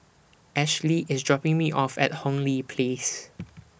Ashlea IS dropping Me off At Hong Lee Place